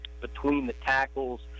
between-the-tackles